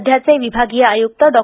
सध्याचे विभागीय आयुक्त डॉ